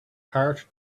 heart